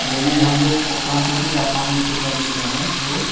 यदि हम लोग ट्रांसपोर्टिग का काम उससे कर लेते हैं तो